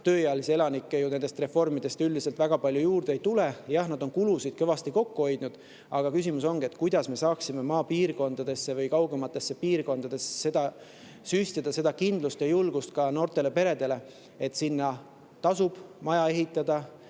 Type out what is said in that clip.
tööealisi elanikke üldiselt ju väga palju juurde ei tule. Jah, nad on kulusid kõvasti kokku hoidnud, aga küsimus on selles, kuidas me saaksime maapiirkondadesse või kaugematesse piirkondadesse süstida kindlust ja julgust, ka noortele peredele, et sinna tasub maja ehitada.